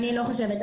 אני לא חושבת.